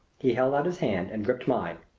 he held out his hand and gripped mine.